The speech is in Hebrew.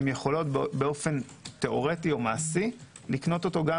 יכולות לקנות תיאורטית או מעשית לקנות אותו גם